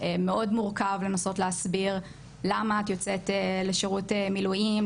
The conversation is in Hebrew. מאוד מורכב לנסות להסביר למה את יוצאת לשירות מילואים,